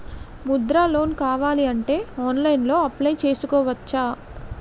Mudra loan కావాలి అంటే ఆన్లైన్లో అప్లయ్ చేసుకోవచ్చా?